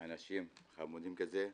עם אנשים חמודים כאלה.